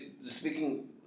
Speaking